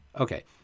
Okay